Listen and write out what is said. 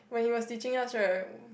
when he was teaching us right